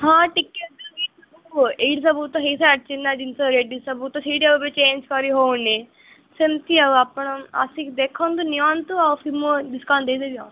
ହଁ ଟିକେ ଯେଉଁ ଏଇଠି ସବୁ ଏଇଠି ସବୁ ତ ହେଇ ସାରିଛି ନାଁ ଜିନିଷ ରେଡ଼ି ସବୁ ତ ହେଇଟି ଆଉ ଏବେ ଚେଞ୍ଜ୍ କରି ହଉନି ସେମତି ଆଉ ଆପଣ ଆସିକି ଦେଖନ୍ତୁ ନିଅନ୍ତୁ ଆଉ ଫିର୍ ମୁଁ ଡିସ୍କାଉଣ୍ଟ୍ ଦେଇଦେବି ଆଉ